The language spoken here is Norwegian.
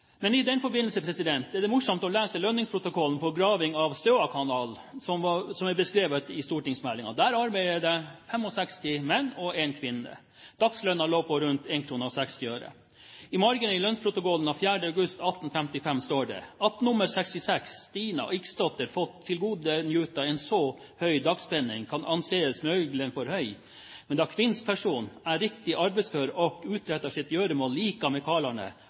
I den forbindelse er det morsomt å lese lønningsprotokollen for graving av Støa kanal, som er beskrevet i stortingsmeldingen. Der arbeidet det 65 menn og én kvinne. Daglønnen lå på rundt kr 1,60. I margen i lønnsprotokollen av 4. august 1855 står det ifølge meldingen: «Att. No 66 Stina Olsdotter fott tilgodo njuta en så hög dagspenning, kan anses möjligen for høg, men då Qvinnspersonen är Rikligt arbetsfør och uträttar sina gøromål lika med